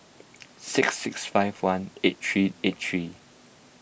six six five one eight three eight three